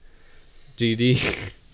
GD